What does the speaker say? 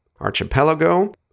Archipelago